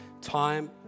time